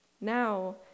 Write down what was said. Now